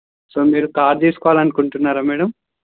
so మీరు car తీసుకోవాలి అనుకుంటున్నారా మేడమ్